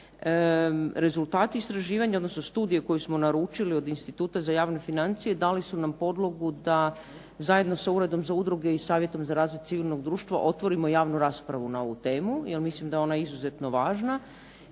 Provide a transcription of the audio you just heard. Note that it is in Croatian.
Rezultati istraživanja, odnosno studije koje smo naručili od Instituta za javne financije dali su nam podlogu da zajedno s Uredom za udruge i Savjetom za razvoj civilnog društva otvorimo javnu raspravu na ovu temu jer mislim da je ona izuzetno važna,